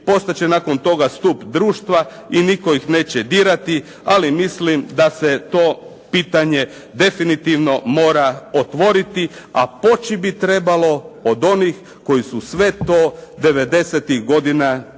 postat će nakon toga stup društva i nitko ih neće dirati, ali mislim da se to pitanje definitivno mora otvoriti, a poći bi trebalo od onih koji su sve to '90-ih godina osmislili.